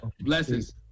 blessings